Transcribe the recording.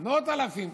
מאות האלפים,